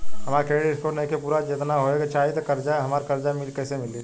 हमार credit score नईखे पूरत जेतना होए के चाही त हमरा कर्जा कैसे मिली?